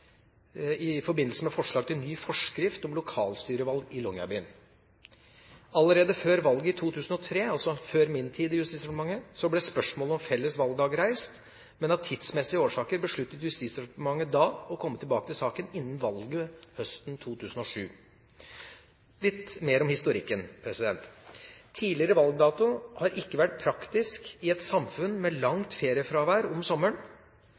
i forbindelse med forslag til ny forskrift om lokalstyrevalg i Longyearbyen. Allerede før valget i 2003, altså før min tid i Justisdepartementet, ble spørsmålet om felles valgdag reist, men av tidsmessige årsaker besluttet Justisdepartementet da å komme tilbake til saken innen valget høsten 2007. Litt mer om historikken: Tidligere valgdato har ikke vært praktisk i et samfunn med langt feriefravær om sommeren,